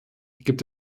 gibt